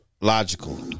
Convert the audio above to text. logical